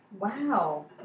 Wow